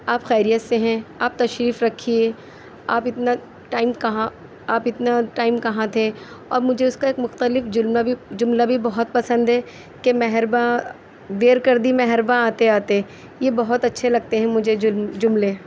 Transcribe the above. آپ خیریت سے ہیں آپ تشریف رکھیے آپ اتنا ٹائم کہاں آپ اتنا ٹائم کہاں تھے اور مجھے اُس کا ایک مختلف جملہ بھی جملہ بھی بہت پسند ہے کہ مہرباں دیر کر دی مہرباں آتے آتے یہ بہت اچھے لگتے ہیں مجھے جرم جملے